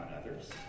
others